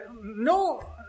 no